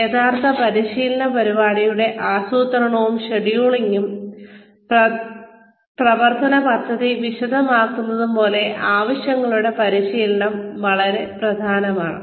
അതിനാൽ യഥാർത്ഥ പരിശീലന പരിപാടിയുടെ ആസൂത്രണവും ഷെഡ്യൂളിംഗും പ്രവർത്തന പദ്ധതി വിശദമാക്കുന്നതും പോലെ ആവശ്യങ്ങളുടെ വിശകലനം വളരെ പ്രധാനമാണ്